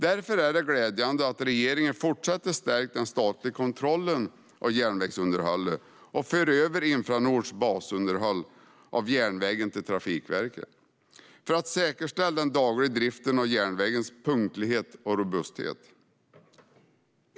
Därför är det glädjande att regeringen fortsätter att stärka den statliga kontrollen av järnvägsunderhållet och för över Infranords basunderhåll av järnvägen till Trafikverket - detta för att säkerställa den dagliga driften och järnvägens punktlighet och robusthet.